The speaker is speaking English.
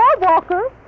Walker